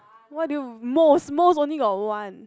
what do you most most only got one